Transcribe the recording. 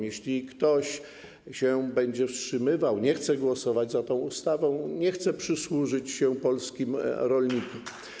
Jeśli ktoś się będzie wstrzymywał, nie chce głosować za tą ustawą, nie chce przysłużyć się polskim rolnikom.